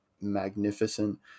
magnificent